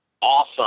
awesome